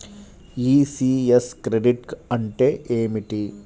ECS credit అంటే ఏమిటి?